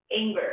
anger